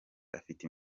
afite